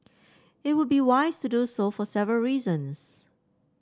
it would be wise to do so for several reasons